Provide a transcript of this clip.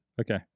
Okay